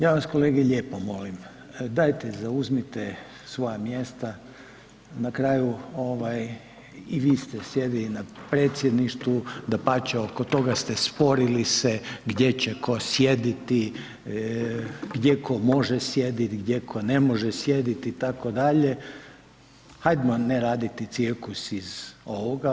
Ja vas kolege lijepo molim dajte zauzmite svoja mjesta na kraju i vi ste sjedili na predsjedništvu, dapače oko toga ste se sporili gdje će tko sjediti, gdje tko može sjediti, gdje tko ne može sjediti itd. hajdmo ne raditi cirkus iz ovoga.